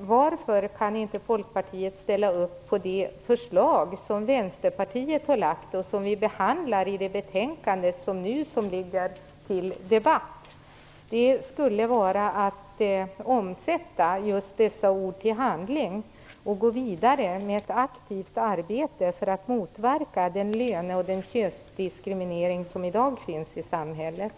Varför kan inte Folkpartiet ställa upp på det förslag som Vänsterpartiet har lagt fram och som behandlas i det betänkande som vi nu debatterar? Det skulle innebära att vi omsatte Ola Ströms ord i handling om vi gick vidare med ett aktivt arbete för att motverka den löne och könsdiskriminering som i dag finns i samhället.